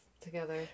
together